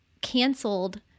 canceled